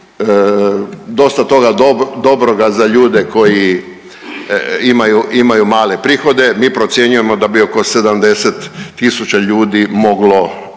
dosta toga dobroga za ljude koji imaju male prihode, mi procjenjujemo da bi oko 70 tisuća ljudi moglo